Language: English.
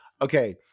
Okay